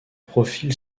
profil